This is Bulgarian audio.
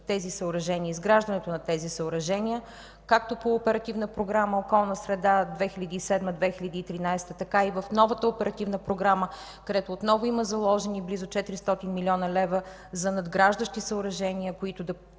финансирано изграждането на тези съоръжения както по Оперативна програма „Околна среда” 2007 – 2013 г., така и по новата оперативна програма, където отново има заложени близо 400 млн. лв. за надграждащи съоръжения, които